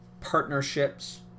partnerships